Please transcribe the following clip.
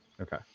Okay